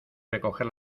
recoger